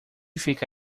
fica